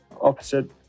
opposite